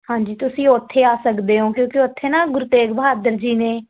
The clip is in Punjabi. ਹਾਂਜੀ ਤੁਸੀਂ ਉੱਥੇ ਆ ਸਕਦੇ ਹੋ ਕਿਉਂਕਿ ਉੱਥੇ ਨਾ ਗੁਰੂ ਤੇਗ ਬਹਾਦਰ ਜੀ ਨੇ